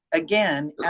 again,